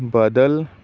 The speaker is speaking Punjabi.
ਬਦਲ